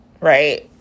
right